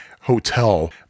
hotel